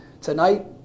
Tonight